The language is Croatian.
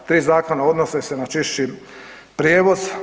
Ti zakoni odnose se na čišći prijevoz.